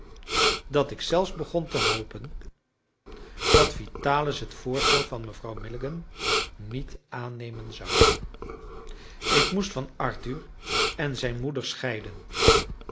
dat ik zelfs begon te hopen dat vitalis het voorstel van mevrouw milligan niet aannemen zou ik moest van arthur en zijn moeder scheiden